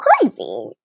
crazy